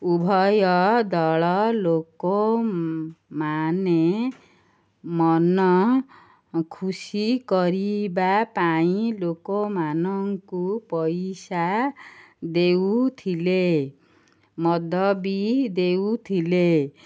ଉଭୟ ଦଳ ଲୋକମାନେ ମନ ଖୁସି କରିବା ପାଇଁ ଲୋକମାନଙ୍କୁ ପଇସା ଦେଉଥିଲେ ମଦ ବି ଦେଉଥିଲେ